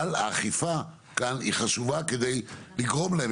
אבל האכיפה כאן היא חשובה כדי לגרום להם.